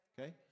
Okay